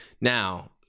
now